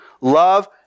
love